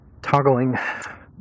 toggling